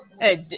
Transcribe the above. Hey